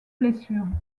blessures